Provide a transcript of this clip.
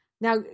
Now